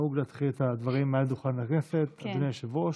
נהוג להתחיל את הדין מעל דוכן הכנסת במילים: אדוני היושב-ראש,